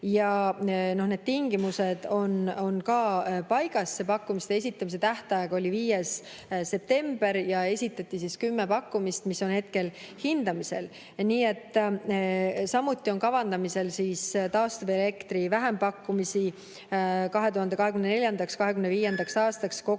Ja need tingimused on ka paigas. Pakkumiste esitamise tähtaeg oli 5. september ja esitati kümme pakkumist, mis on hetkel hindamisel. Samuti on kavandamisel taastuvelektri vähempakkumisi 2024.–2025. aastaks kokku vähemalt